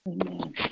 Amen